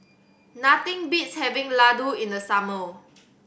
nothing beats having laddu in the summer